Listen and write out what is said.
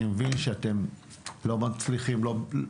אני מבין שאתם לא מצליחים להעביר את החוק.